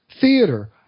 theater